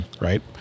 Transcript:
right